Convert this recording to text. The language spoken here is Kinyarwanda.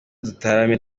dutarame